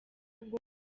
bwo